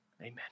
Amen